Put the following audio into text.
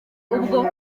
ubwo